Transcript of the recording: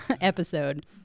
episode